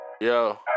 Yo